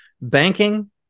banking